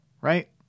right